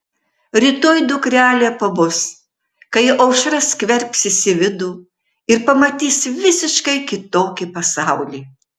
rytoj dukrelė pabus kai aušra skverbsis į vidų ir pamatys visiškai kitokį pasaulį